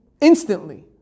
instantly